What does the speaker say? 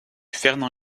fernand